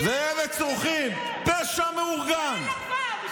אי-אפשר לשמוע אותך כבר.